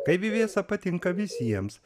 gaivi vėsa patinka visiems